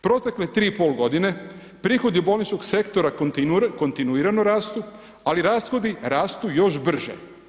Protekle tri i pol godine prihodi bolničkog sektora kontinuirano rastu, ali rashodi rastu još brže.